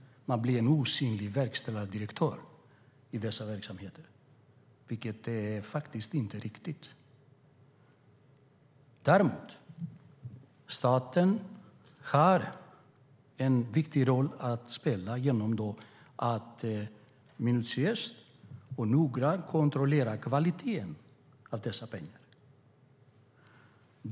Man blir en osynlig verkställande direktör i dessa verksamheter, vilket faktiskt inte är riktigt. Däremot har staten en viktig roll att spela genom att minutiöst och noggrant kontrollera kvaliteten man får för dessa pengar.